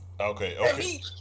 Okay